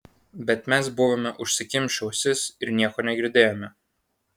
bet mes buvome užsikimšę ausis ir nieko negirdėjome